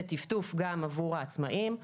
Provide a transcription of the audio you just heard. ובטפטוף גם עבור העצמאים.